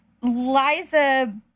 Liza